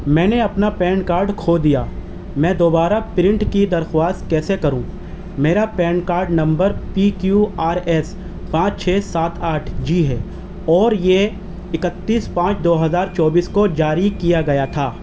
میں نے اپنا پین کارڈ کھو دیا میں دوبارہ پرنٹ کی درخواست کیسے کروں میرا PAN card number P Q R S پانچ چھ سات آٹھ جی ہے اور یہ اکتیس پانچ دو ہزار چوبیس کو جاری کیا گیا تھا